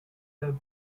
have